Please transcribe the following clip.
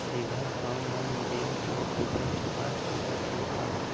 सीधा हम मन बैंक ले पईसा चुका सकत हन का?